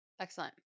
excellent